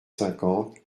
cinquante